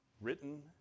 written